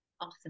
Awesome